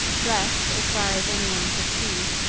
dressed, as far as anyone could see,